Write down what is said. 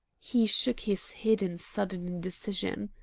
he shook his head in sudden indecision.